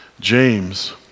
James